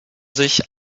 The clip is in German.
sich